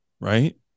right